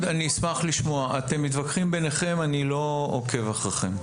כשאתם מתווכחים ביניכם, אני לא עוקב אחריכם.